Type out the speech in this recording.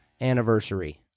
anniversary